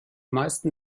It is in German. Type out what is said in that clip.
meisten